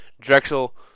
Drexel